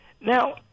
now